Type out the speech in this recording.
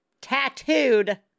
tattooed